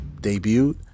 Debuted